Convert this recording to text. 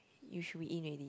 you should be A already